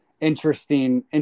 interesting